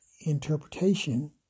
Interpretation